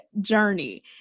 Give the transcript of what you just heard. journey